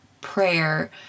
prayer—